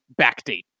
backdate